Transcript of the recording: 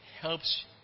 helps